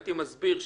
הייתי מסביר שגנן,